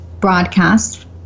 broadcast